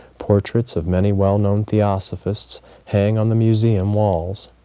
portraits of many well-known theosophists hang on the museum walls,